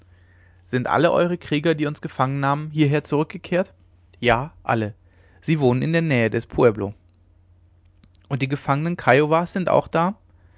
sind alle eure krieger die uns gefangen nahmen hierher zurückgekehrt ja alle sie wohnen in der nähe des pueblo und die gefangenen kiowas sind auch da